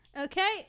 Okay